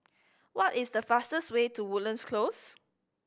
what is the fastest way to Woodlands Close